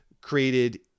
created